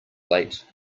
late